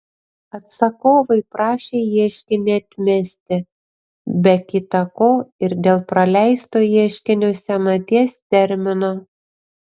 atsakovai prašė ieškinį atmesti be kita ko ir dėl praleisto ieškinio senaties termino